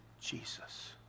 Jesus